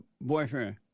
boyfriend